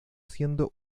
siendo